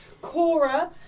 Cora